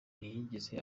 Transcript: ntiyigeze